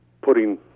putting